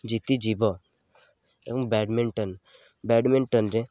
ଜିତିଯିବ ଏବଂ ବ୍ୟାଡ଼ମିଣ୍ଟନ ବ୍ୟାଡ଼ମିଣ୍ଟନରେ